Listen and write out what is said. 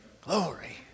Glory